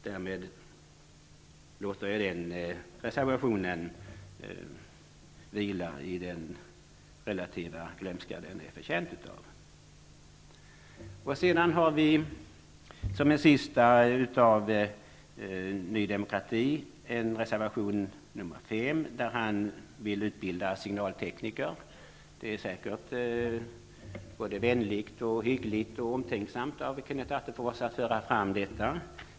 Därmed lämnar jag den reservationen att vila i den relativa glömska den är förtjänt av. Sedan har vi, som den sista av Ny demokratis reservationer, reservation nr 5, enligt vilken man vill utbilda signaltekniker. Det är säkert såväl vänligt som hyggligt och omtänksamt av Kenneth Attefors att föra fram detta.